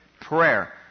Prayer